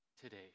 today